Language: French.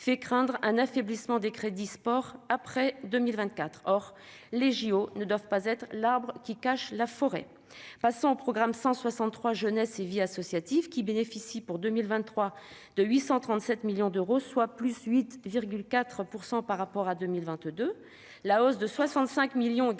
fait craindre un affaiblissement des crédits du sport après 2024. Or les JO ne doivent pas être l'arbre qui cache la forêt. Le programme 163, « Jeunesse et vie associative », bénéficie pour 2023 de 837 millions d'euros, soit une augmentation de 8,4 % par rapport à 2022.